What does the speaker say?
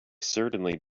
certainly